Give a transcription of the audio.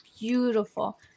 beautiful